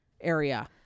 area